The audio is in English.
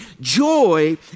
Joy